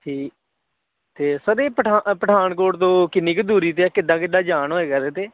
ਠੀ ਅਤੇ ਸਰ ਇਹ ਪਠਾ ਪਠਾਨਕੋਟ ਤੋਂ ਕਿੰਨੀ ਕੁ ਦੂਰੀ 'ਤੇ ਆ ਕਿੱਦਾਂ ਕਿੱਦਾਂ ਜਾਣਾ ਹੋਏਗਾ ਇਹਦੇ 'ਤੇ